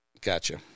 Gotcha